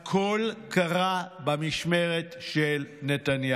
הכול קרה במשמרת של נתניהו,